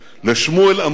לשמואל עמרוסי.